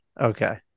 okay